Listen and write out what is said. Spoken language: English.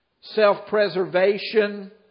self-preservation